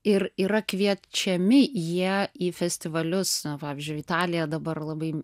ir yra kviečiami jie į festivalius pavyzdžiui italija dabar labai